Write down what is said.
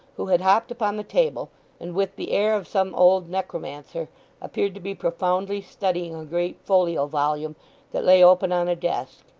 who had hopped upon the table and with the air of some old necromancer appeared to be profoundly studying a great folio volume that lay open on a desk,